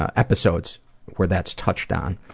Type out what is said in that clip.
ah episodes where that's touched on.